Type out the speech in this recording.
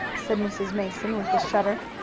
said mrs. mason with a shudder.